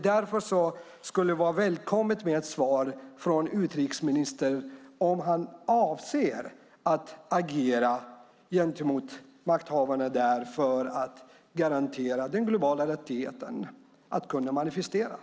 Därför skulle det vara välkommet med ett svar från utrikesministern på frågan om han avser att agera gentemot makthavarna där för att garantera den globala rättigheten att genomföra manifestationer.